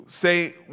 say